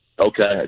Okay